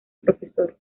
profesor